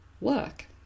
work